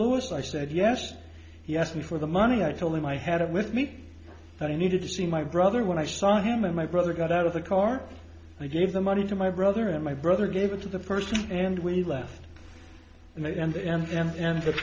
louis i said yes he asked me for the money i told him i had it with me that he needed to see my brother when i saw him and my brother got out of the car and i gave the money to my brother and my brother gave it to the first and we left and the